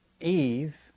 Eve